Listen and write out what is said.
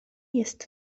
jest